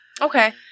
Okay